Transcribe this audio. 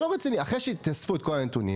אחרי שתאספו את כל הנתונים